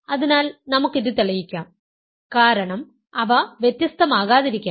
അതിനാൽ നമുക്ക് ഇത് തെളിയിക്കാം കാരണം അവ വ്യത്യസ്തമാകാതിരിക്കാം